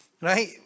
right